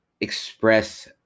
express